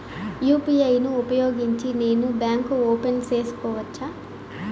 UPI ను ఉపయోగించి నేను బ్యాంకు ఓపెన్ సేసుకోవచ్చా?